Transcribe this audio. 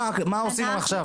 מה עושים עכשיו?